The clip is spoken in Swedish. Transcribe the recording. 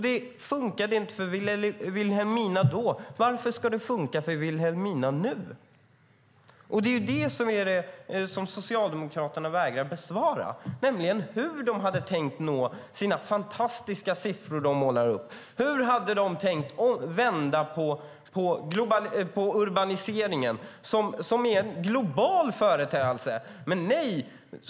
Det fungerade inte i Vilhelmina då. Varför ska det fungera i Vilhelmina nu? Socialdemokraterna vägrar att svara på hur de har tänkt nå de fantastiska siffror de målar upp. Hur har de tänkt vända på urbaniseringen, som är en global företeelse?